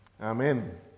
Amen